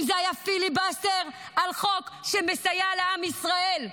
אם זה היה פיליבסטר על חוק שמסייע לעם ישראל,